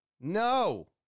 No